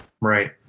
right